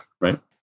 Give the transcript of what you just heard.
right